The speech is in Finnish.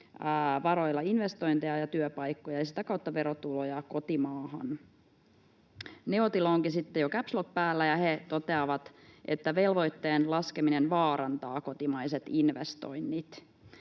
varoilla investointeja ja työpaikkoja ja sitä kautta verotuloja kotimaahan. NEOTilla onkin sitten jo caps lock päällä, ja he toteavat, että velvoitteen laskeminen vaarantaa kotimaiset investoinnit.